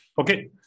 okay